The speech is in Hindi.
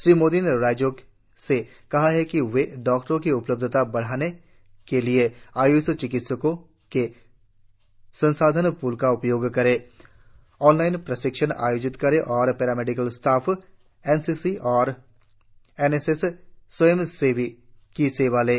श्री मोदी ने राज्यों से कहा कि वे डॉक्टरों की उपलब्धता बढ़ाने के लिये आय्ष चिकित्सकों के संसाधन पूल का उपयोग करें ऑनलाइन प्रशिक्षण आयोजित करें और पैरा मेडिकल स्टाफ एनसीसी तथा एनएसएस स्वयंसेवियों की सेवाएं लें